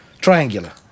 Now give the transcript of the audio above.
Triangular